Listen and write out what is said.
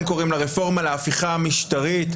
קוראים לה רפורמה להפיכה המשטרית,